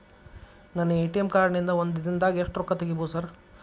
ನನ್ನ ATM card ನಿಂದಾ ಒಂದ್ ದಿಂದಾಗ ಎಷ್ಟ ರೊಕ್ಕಾ ತೆಗಿಬೋದು ಸಾರ್?